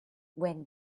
when